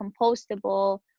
compostable